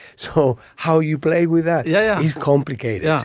so how you play with that. yeah he's complicated yeah